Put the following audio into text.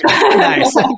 nice